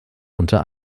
unter